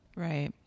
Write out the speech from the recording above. right